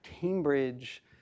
Cambridge